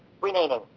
remaining